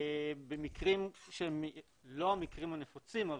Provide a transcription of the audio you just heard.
במקרים שהם לא המקרים הנפוצים,